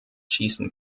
schießen